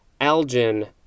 algin